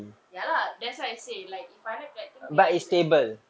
ya lah that's why I say like if I like that thing maybe like